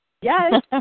Yes